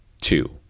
Two